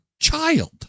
child